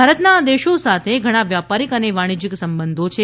ભારતના આ દેશો સાથે ઘણા વ્યાપારિક અને વાણિજિક સંબંધો છે